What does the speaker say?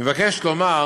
היא מבקשת לומר